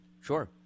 Sure